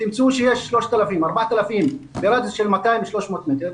תמצאו שיש 4,000-3,000 ברדיוס של 300-200 מטר,